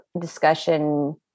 discussion